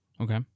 Okay